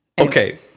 Okay